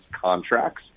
contracts